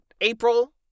April